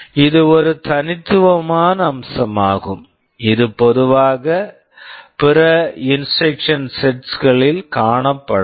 இது ஒரு தனித்துவமான அம்சமாகும் இது பொதுவாக பிற இன்ஸ்ட்ரக்க்ஷன் செட்ஸ் instruction sets களில் காணப்படாது